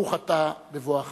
ברוך אתה בבואך,